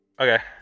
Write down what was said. Okay